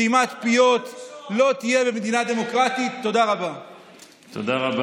מחה נגד הרב הראשי.